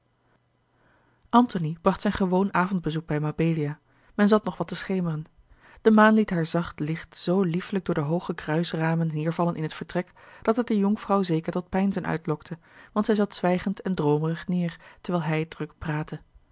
antony bracht zijn gewoon avondbezoek bij mabelia men zat nog wat te schemeren de maan liet haar zacht licht zoo liefelijk door de hooge kruisramen neêrvallen in het vertrek dat het de jonkvrouw zeker tot peinzen uitlokte want zij zat zwijgend en droomerig neêr terwijl hij druk praatte